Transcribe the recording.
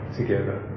together